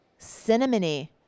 cinnamony